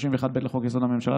בהתאם לסעיף 31(ב) לחוק-יסוד: הממשלה,